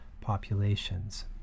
populations